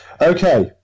Okay